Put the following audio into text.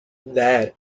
there